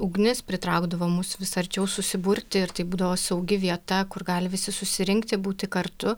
ugnis pritraukdavo mus vis arčiau susiburti ir tai būdavo saugi vieta kur gali visi susirinkti būti kartu